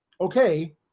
okay